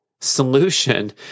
solution